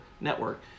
network